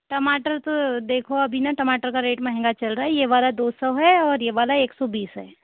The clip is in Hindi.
टमाटर तो देखो अभी ना टमाटर का रेट महँगा चल रहा है ये वाला दो सौ है और ये वाला एक सौ बीस है